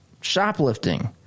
shoplifting